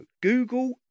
Google